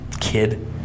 kid